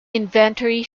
inventory